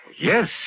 Yes